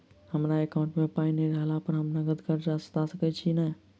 हमरा एकाउंट मे पाई नै रहला पर हम नगद कर्जा सधा सकैत छी नै?